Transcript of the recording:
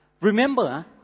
Remember